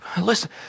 Listen